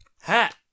Hat